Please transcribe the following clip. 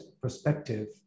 perspective